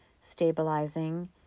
stabilizing